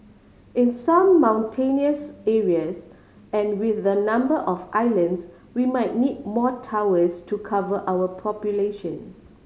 in some mountainous areas and with the number of islands we might need more towers to cover our population